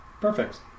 perfect